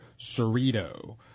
Cerrito